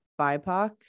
BIPOC